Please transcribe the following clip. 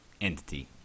entity